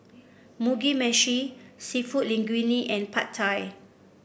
Mugi Meshi seafood Linguine and Pad Thai